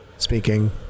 speaking